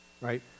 right